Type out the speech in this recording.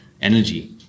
energy